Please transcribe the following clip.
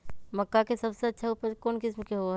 मक्का के सबसे अच्छा उपज कौन किस्म के होअ ह?